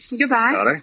Goodbye